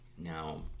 Now